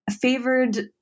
favored